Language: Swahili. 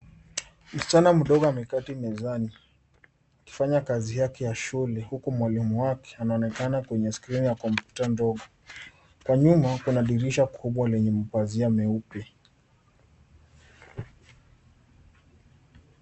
Msichana mndogo ameketi mezani, akifanya kazi yake ya shule, huku mwalimu wake anaonekana kwenye skrini ya kompyuta ndogo. Kwa nyuma kuna dirisha kubwa lenye pazia mweupe.